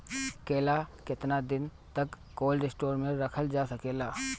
केला केतना दिन तक कोल्ड स्टोरेज में रखल जा सकेला?